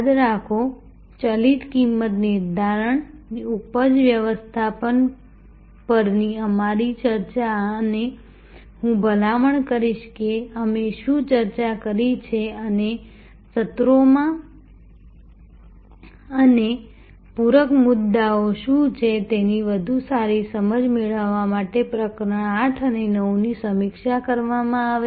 યાદ રાખો ચલિત કિંમત નિર્ધારણ ઉપજ વ્યવસ્થાપન પરની અમારી ચર્ચા અને હું ભલામણ કરીશ કે અમે શું ચર્ચા કરી છે અને સત્રોમાં અને પૂરક મુદ્દાઓ શું છે તેની વધુ સારી સમજ મેળવવા માટે પ્રકરણ 8 અને 9 ની સમીક્ષા કરવામાં આવે